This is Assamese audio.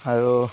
আৰু